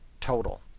Total